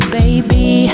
baby